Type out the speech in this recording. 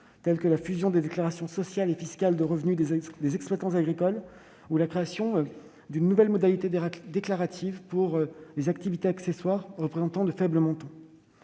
année, comme la fusion des déclarations sociales et fiscales de revenus des exploitants agricoles ou la création d'une nouvelle modalité déclarative pour les activités accessoires représentant de très faibles montants.